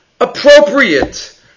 appropriate